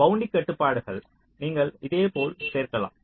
bounding கட்டுப்பாடுகள் நீங்கள் இதேபோல் சேர்க்கலாம்